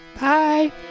Bye